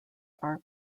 are